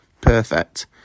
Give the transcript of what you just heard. Perfect